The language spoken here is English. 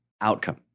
outcome